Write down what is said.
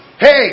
Hey